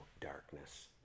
darkness